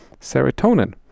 serotonin